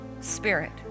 spirit